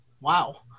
wow